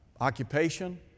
occupation